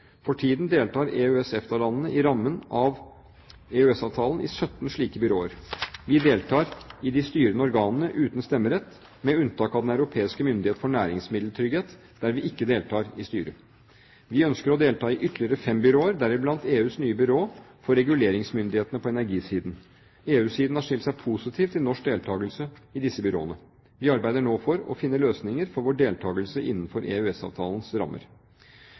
For tiden deltar EØS/EFTA-landene i rammen av EØS-avtalen i 17 slike byråer. Vi deltar i de styrende organene uten stemmerett, med unntak av Den europeiske myndighet for næringsmiddeltrygghet, der vi ikke deltar i styret. Vi ønsker å delta i ytterligere fem byråer, deriblant EUs nye byrå for reguleringsmyndighetene på energisiden. EU-siden har stilt seg positiv til norsk deltakelse i disse byråene. Vi arbeider nå for å finne løsninger for vår deltakelse innenfor EØS-avtalens rammer.